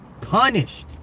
punished